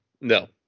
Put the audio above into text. No